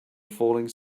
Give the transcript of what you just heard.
falling